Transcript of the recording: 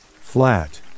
flat